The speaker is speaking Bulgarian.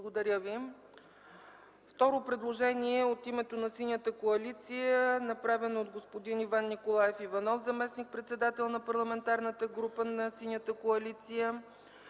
е прието. Второ предложение от името на Синята коалиция, направено от господин Иван Николаев Иванов – заместник-председател на Парламентарната група на Синята коалиция,